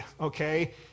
Okay